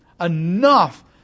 Enough